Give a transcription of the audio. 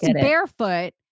barefoot